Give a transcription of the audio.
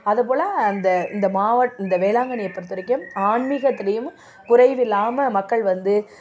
அது போல் அந்த இந்த மாவட்ட இந்த வேளாங்கண்ணியை பொறுத்த வரைக்கும் ஆன்மீகத்துலேயும் குறைவில்லாமல் மக்கள் வந்து